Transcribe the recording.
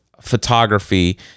photography